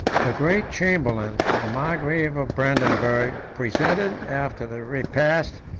the great chamberlain, the margrave of brandenburgh, presented, after the repast,